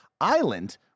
Island